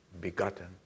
begotten